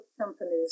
companies